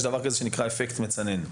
יש דבר כזה שנקרא אפקט מצנן,